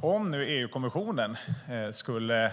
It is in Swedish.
Om nu EU-kommissionen skulle